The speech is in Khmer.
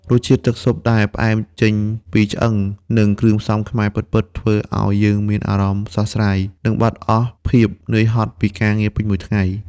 រសជាតិទឹកស៊ុបដែលផ្អែមចេញពីឆ្អឹង និងគ្រឿងផ្សំខ្មែរពិតៗ ធ្វើឱ្យយើងមានអារម្មណ៍ស្រស់ស្រាយ និងបាត់អស់ភាពនឿយហត់ពីការងារពេញមួយថ្ងៃ។